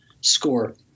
score